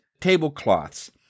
tablecloths